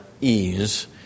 ease